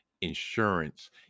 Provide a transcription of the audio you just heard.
insurance